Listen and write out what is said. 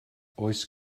oes